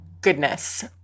goodness